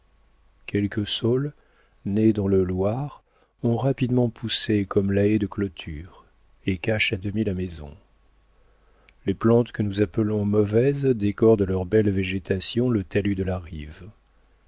quelques saules nés dans le loir ont rapidement poussé comme la haie de clôture et cachent à demi la maison les plantes que nous appelons mauvaises décorent de leur belle végétation le talus de la rive